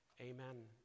amen